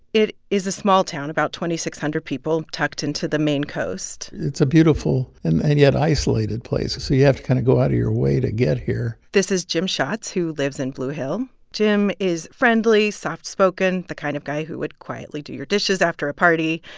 it is a small town, about two thousand six hundred people tucked into the maine coast it's a beautiful and and yet isolated place. so you have to kind of go out of your way to get here this is jim schatz who lives in blue hill. jim is friendly, soft-spoken, the kind of guy who would quietly do your dishes after a party.